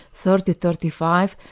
thirty, thirty five,